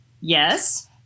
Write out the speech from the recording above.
yes